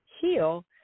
heal